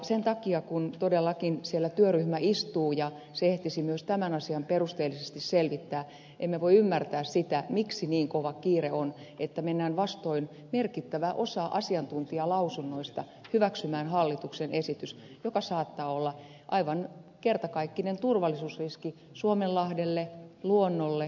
sen takia kun todellakin siellä työryhmä istuu ja se ehtisi myös tämän asian perusteellisesti selvittää emme voi ymmärtää sitä miksi niin kova kiire on että mennään vastoin merkittävää osaa asiantuntijalausunnoista hyväksymään hallituksen esitys joka saattaa olla aivan kertakaikkinen turvallisuusriski suomenlahdelle luonnolle koko merenkululle